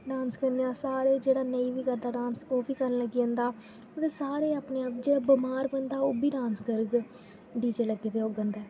dance करने आस्तै हर इक जेह्ड़ा नेईं बी करदा डांस ओह् बी करन लग्गी जंदा मतलब सारे आपने जेह्ड़ा बमार बी ओह् बी डांस करग डीजे लग्गे दे होगन ते